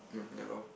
hmm ya lor